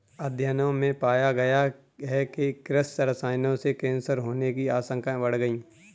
अध्ययनों में पाया गया है कि कृषि रसायनों से कैंसर होने की आशंकाएं बढ़ गई